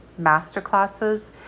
masterclasses